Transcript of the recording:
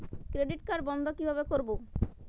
Credit card বন্ধ কিভাবে করবো?